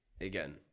again